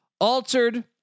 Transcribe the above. altered